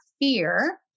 fear